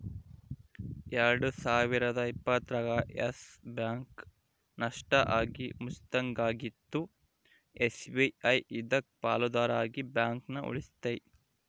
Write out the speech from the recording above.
ಎಲ್ಡು ಸಾವಿರದ ಇಪ್ಪತ್ತರಾಗ ಯಸ್ ಬ್ಯಾಂಕ್ ನಷ್ಟ ಆಗಿ ಮುಚ್ಚಂಗಾಗಿತ್ತು ಎಸ್.ಬಿ.ಐ ಇದಕ್ಕ ಪಾಲುದಾರ ಆಗಿ ಬ್ಯಾಂಕನ ಉಳಿಸ್ತಿ